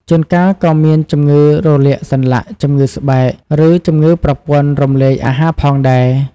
ជួនកាលក៏មានជំងឺរលាកសន្លាក់ ជំងឺស្បែក ឬជំងឺប្រព័ន្ធរំលាយអាហារផងដែរ។